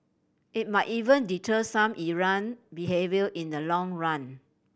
it might even deter some errant behaviour in the long run